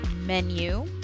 menu